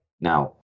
Now